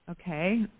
Okay